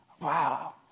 Wow